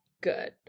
Good